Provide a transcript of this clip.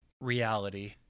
reality